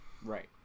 right